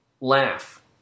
laugh